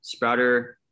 Sprouter